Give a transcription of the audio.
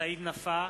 סעיד נפאע,